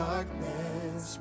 Darkness